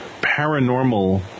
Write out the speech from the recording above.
paranormal